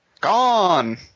Gone